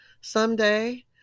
someday